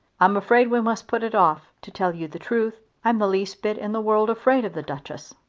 i'm afraid we must put it off. to tell you the truth i'm the least bit in the world afraid of the duchess.